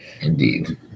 Indeed